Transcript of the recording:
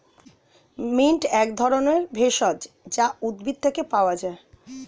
mint এক ধরনের ভেষজ যা উদ্ভিদ থেকে পাওয় যায়